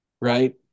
right